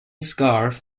scarf